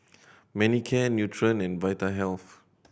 Manicare Nutren and Vitahealth